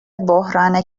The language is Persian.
بحران